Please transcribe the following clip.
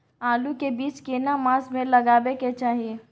आलू के बीज केना मास में लगाबै के चाही?